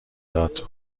داد